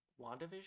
wandavision